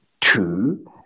Two